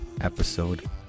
episode